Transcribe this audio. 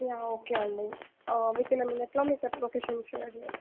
yeah okay అండి within a మినెట్లో మీకు ఎట్లా లోకేషన్ షేర్ చేస్తాను